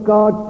God